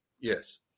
Yes